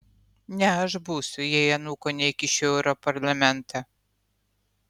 ne aš būsiu jei anūko neįkišiu į europarlamentą